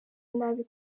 nabi